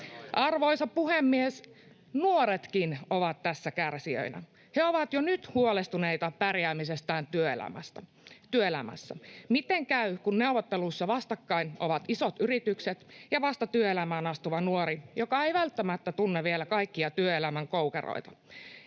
Arvoisa puhemies! Nuoretkin ovat tässä kärsijöinä. He ovat jo nyt huolestuneita pärjäämisestään työelämässä. Miten käy, kun neuvotteluissa vastakkain ovat isot yritykset ja vasta työelämään astuva nuori, joka ei välttämättä tunne vielä kaikkia työelämän koukeroita?